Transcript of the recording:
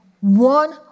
one